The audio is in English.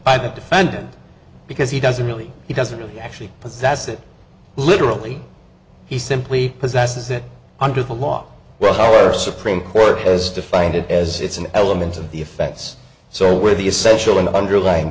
by the defendant because he doesn't really he doesn't really actually possess it literally he simply possesses it under the law well our supreme court as defined it as it's an element of the effects so where the essential and underlying